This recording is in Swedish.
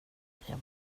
jag